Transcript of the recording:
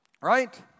right